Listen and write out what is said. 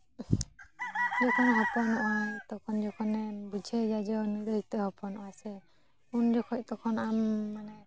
ᱡᱚᱠᱷᱚᱱ ᱦᱚᱯᱚᱱᱚᱜᱼᱟᱭ ᱛᱚᱠᱷᱚᱱ ᱡᱚᱠᱷᱚᱱᱮ ᱵᱩᱡᱷᱟᱹᱣᱮᱭᱟ ᱡᱮ ᱱᱩᱭ ᱫᱚ ᱱᱤᱛᱳᱜ ᱦᱚᱯᱚᱱᱚᱜᱼᱟᱭ ᱥᱮ ᱩᱱ ᱡᱚᱠᱷᱚᱡ ᱛᱚᱠᱷᱚᱱ ᱟᱢ